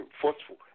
forceful